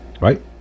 right